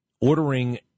ordering